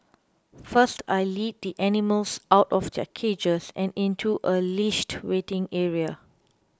first I lead the animals out of their cages and into a leashed waiting area